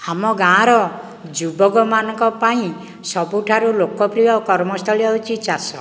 ଆମ ଗାଁ'ର ଯୁବକମାନଙ୍କ ପାଇଁ ସବୁଠାରୁ ଲୋକପ୍ରିୟ କର୍ମସ୍ଥଳୀ ହେଉଚି ଚାଷ